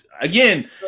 again